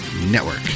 network